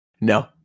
no